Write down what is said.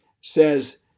says